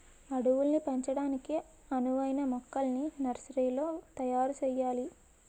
అడవుల్ని పెంచడానికి అనువైన మొక్కల్ని నర్సరీలో తయారు సెయ్యాలి